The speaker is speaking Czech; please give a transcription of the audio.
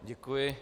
Děkuji.